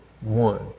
one